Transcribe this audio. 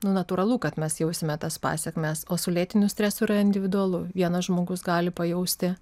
nu natūralu kad mes jausime tas pasekmes o su lėtiniu stresu yra individualu vienas žmogus gali pajausti